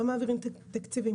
לא מעבירים תקציבים,